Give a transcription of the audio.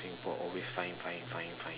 Singapore always fine fine fine